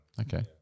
Okay